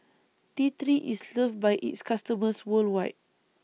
T three IS loved By its customers worldwide